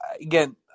Again